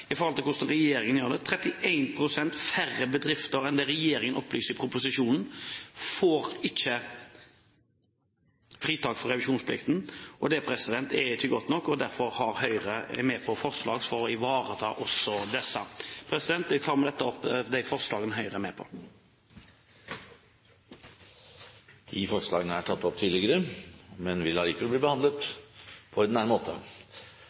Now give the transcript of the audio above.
i forhold til hvordan regjeringen gjør det. 31 pst. færre bedrifter enn det regjeringen opplyser i proposisjonen, får ikke fritak for revisjonsplikten. Det er ikke godt nok, og derfor er Høyre med på forslag som ivaretar også disse. Jeg tar med dette opp de forslagene som Høyre er med på. Disse forslagene er tatt opp tidligere, og de vil bli behandlet på ordinær måte.